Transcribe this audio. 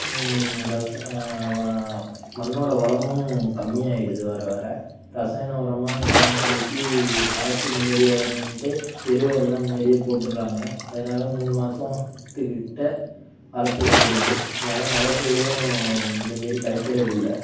ரச வா மண்ணோட வளமும் கம்மியாகிடுது வர வர ரசாயன ஒரமா எல்லாம் செலுத்தி அறப்பு முன்னாடியே வரணுன்ட்டு எருவெல்லாம் முன்னாடியே போட்டுடுறாங்க அதனால மூணு மாசத்து கிட்ட அறப்பு வந்துருது அதனால் மகசூலும் முன்னமேரி கிடைக்கறதில்ல